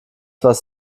was